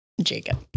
Jacob